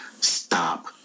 stop